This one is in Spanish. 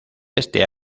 este